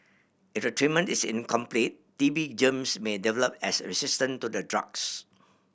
if the treatment is incomplete T B germs may develop as a resistant to the drugs